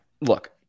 look